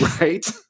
right